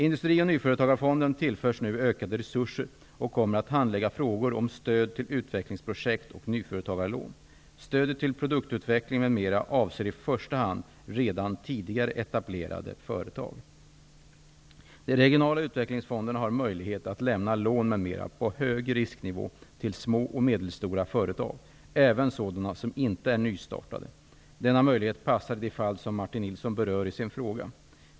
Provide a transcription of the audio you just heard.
Industri och nyföretagarfonden tillförs nu ökade resurser och kommer att handlägga frågor om stöd till utvecklingsprojekt och nyföretagarlån. Stödet till produktutveckling m.m. avser i första hand redan tidigare etablerade företag. De regionala utvecklingsfonderna har möjlighet att lämna lån m.m. på hög risknivå till små och medelstora företag, även sådana som inte är nystartade. Denna möjlighet passar i de fall som Martin Nilsson berör i sin fråga.